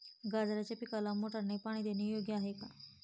गाजराच्या पिकाला मोटारने पाणी देणे योग्य आहे का?